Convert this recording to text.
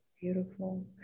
Beautiful